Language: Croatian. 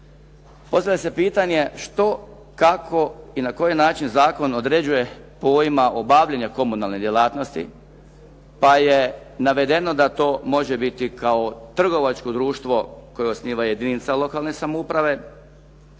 Postavlja se pitanje što, kako i na koji način zakon određuje pojma obavljanje komunalne djelatnosti pa je navedeno da to može biti kao trgovačko društvo koje osniva jedinica lokalne samouprave,